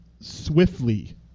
swiftly